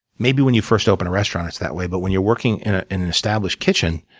maybe when you first open a restaurant it's that way, but when you're working in ah an established kitchen,